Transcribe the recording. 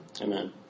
amen